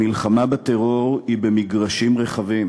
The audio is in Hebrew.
המלחמה בטרור היא במגרשים רחבים